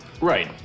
Right